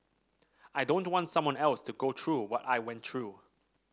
I don't want someone else to go through what I went through